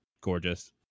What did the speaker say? gorgeous